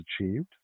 achieved